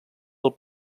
del